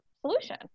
solution